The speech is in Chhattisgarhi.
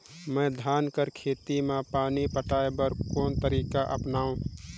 मैं धान कर खेती म पानी पटाय बर कोन तरीका अपनावो?